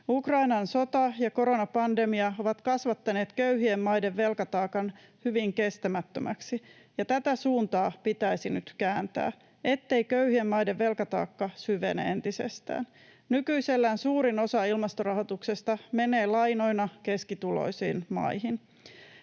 Ukrainan sota ja koronapandemia ovat kasvattaneet köyhien maiden velkataakan hyvin kestämättömäksi, ja tätä suuntaa pitäisi nyt kääntää, ettei köyhien maiden velkataakka syvene entisestään. Nykyisellään suurin osa ilmastorahoituksesta menee lainoina keskituloisiin maihin.